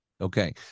Okay